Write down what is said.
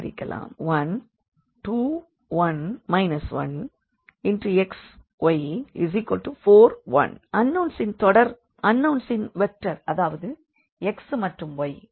1 2 1 1 x y 4 1 unknowns ன் vector அதாவது x மற்றும் y